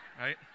right